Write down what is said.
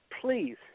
please